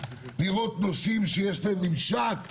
לראות נושאים שיש להם ממשק,